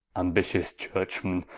ambitious church-man,